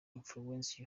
influence